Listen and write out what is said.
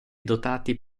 dotati